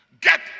get